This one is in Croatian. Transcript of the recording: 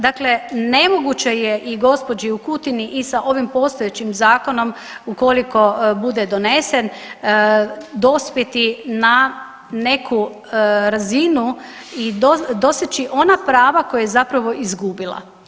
Dakle, nemoguće je i gospođi u Kutini i sa ovim postojećim zakonom ukoliko bude donesen dospjeti na neku razinu i doseći ona prava koje je zapravo izgubila.